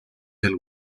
del